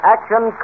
Action